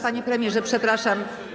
Panie premierze, przepraszam.